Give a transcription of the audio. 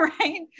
right